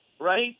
right